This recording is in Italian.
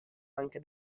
anche